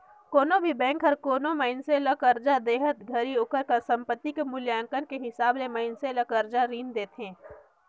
कोनो भी बेंक हर कोनो मइनसे ल करजा देहत घरी ओकर संपति के मूल्यांकन के हिसाब ले मइनसे ल करजा रीन देथे